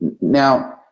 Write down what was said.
Now